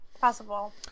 possible